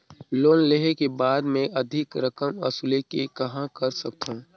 Loan लेहे के बाद मे अधिक रकम वसूले के कहां कर सकथव?